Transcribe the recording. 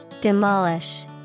Demolish